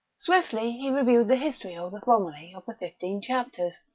swiftly he reviewed the history of the romilly of the fifteen chapters.